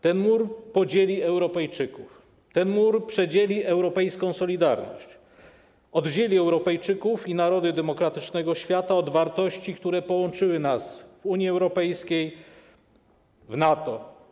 Ten mur podzieli Europejczyków, ten mur przedzieli europejską solidarność, oddzieli Europejczyków i narody demokratycznego świata od wartości, które połączyły nas w Unii Europejskiej, w NATO.